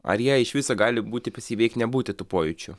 ar jie iš viso gali būti pas jį beveik nebūti tų pojūčių